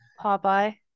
Popeye